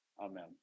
Amen